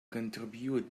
contribute